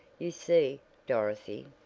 you see, dorothy,